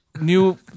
New